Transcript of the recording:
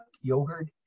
yogurt